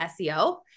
SEO